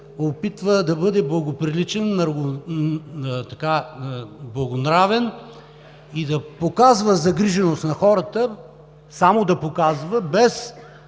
опитва да бъде благоприличен, благонравен и да показва загриженост за хората, но само да показва, без